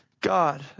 God